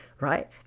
right